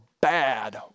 bad